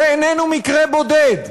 זה איננו מקרה בודד,